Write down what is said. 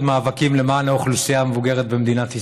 מאבקים למען האוכלוסייה המבוגרת במדינת ישראל.